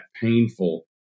painful